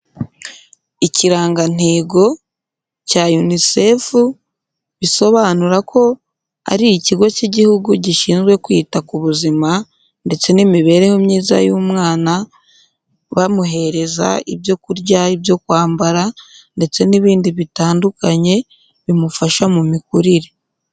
Ikirangantego cya unisefu, bisobanura ko ari ikigo cy'igihugu gishinzwe kwita ku buzima ndetse n'imibereho myiza y'umwana, bamuhereza ibyo kurya, ibyo kwambara ndetse n'ibindi bitandukanye bimufasha mu mikurire.